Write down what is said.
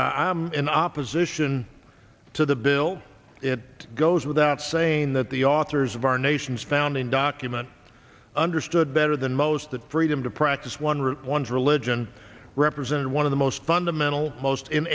yielding i'm in opposition to the bill it goes without saying that the authors of our nation's founding document understood better than most that freedom to practice one root one's religion represented one of the most fundamental most in